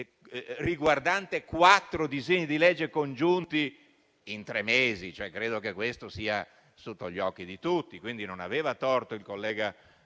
di altri quattro disegni di legge congiunti in tre mesi. Credo che questo sia sotto gli occhi di tutti. Quindi, non aveva torto il collega